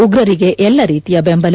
ಉಗ್ರರಿಗೆ ಎಲ್ಲ ರೀತಿಯ ಬೆಂಬಲ